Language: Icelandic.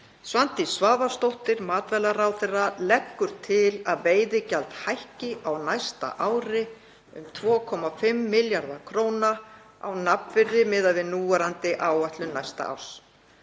„Svandís Svavarsdóttir, matvælaráðherra, leggur til að veiðigjald hækki á næsta ári um 2,5 milljarða kr. á nafnvirði miðað við núverandi áætlun næsta árs.